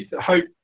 hope